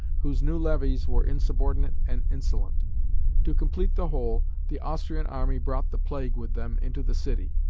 whose new levies were insubordinate and insolent to complete the whole, the austrian army brought the plague with them into the city.